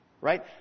Right